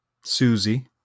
Susie